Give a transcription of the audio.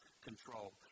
control